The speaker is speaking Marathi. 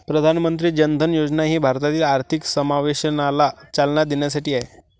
प्रधानमंत्री जन धन योजना ही भारतातील आर्थिक समावेशनाला चालना देण्यासाठी आहे